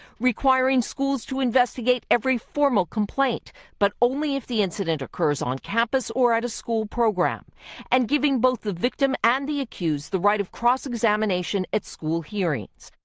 requiring schools to investigate every formal complaint but only if the incident occurs on campus or at a school program and giving both the victim and the accused the right of cross examination at school hearings.